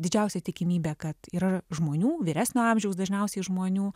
didžiausia tikimybė kad yra žmonių vyresnio amžiaus dažniausiai žmonių